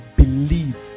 believe